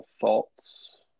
thoughts